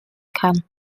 kann